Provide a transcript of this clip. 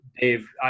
Dave